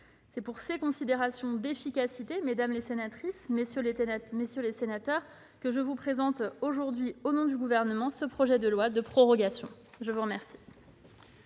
C'est pour ces considérations d'efficacité, mesdames les sénatrices, messieurs les sénateurs, que je vous présente aujourd'hui, au nom du Gouvernement, ce projet de loi de prorogation. La parole